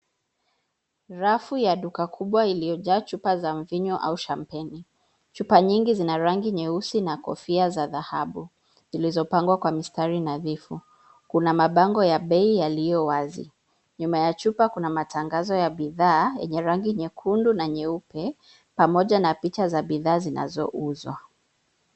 Rafu ya duka kubwa iliyojaa chupa za mvinyo au shampeni. Chupa nyingi zina rangi nyeusi na kofia za dhahabu zilizopangwa kwa mistari nadhifu. Kuna mabango ya bei yaliyo wazi. Nyuma ya chupa kuna matangazo ya bidhaa yenye rangi nyekundu na nyeupe pamoja na picha za bidhaa zinazouzwa.